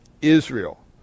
Israel